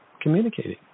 communicating